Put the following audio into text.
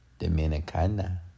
Dominicana